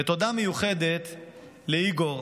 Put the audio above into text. ותודה מיוחדת לאיגור,